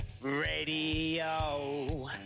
radio